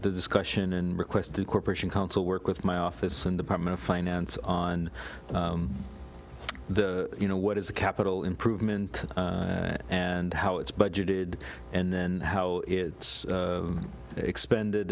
discussion and request a corporation council work with my office and department of finance on the you know what is a capital improvement and how it's budgeted and then how it's expended